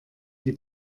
die